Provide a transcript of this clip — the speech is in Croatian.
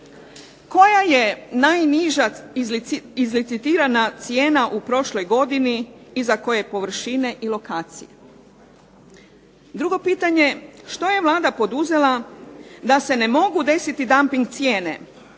koja je najniža izlicitirana cijena u prošloj godini i za koje površine i lokacije. Drugo pitanje, što je Vlada poduzela da se ne mogu desiti damping cijene